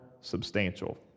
substantial